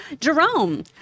Jerome